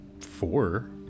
four